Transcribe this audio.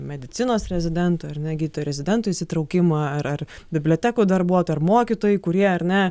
medicinos rezidentų ar ne gydytojų rezidentų įsitraukimą ar ar bibliotekų darbuotojai ar mokytojai kurie ar ne